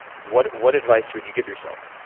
what what advice would you give yourself?